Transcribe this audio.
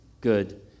good